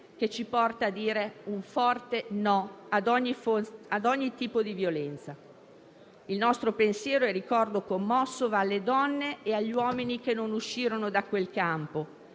che ci porta a dire un forte no ad ogni tipo di violenza. Il nostro pensiero e il nostro ricordo commosso vanno alle donne e agli uomini che non uscirono da quel campo,